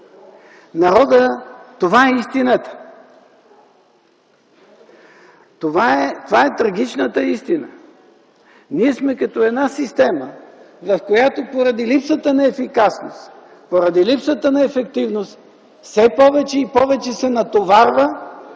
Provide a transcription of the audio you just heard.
хил. Това е истината, това е трагичната истина. Ние сме като една система, която поради липсата на ефикасност, поради липсата на ефективност все повече и повече се натоварва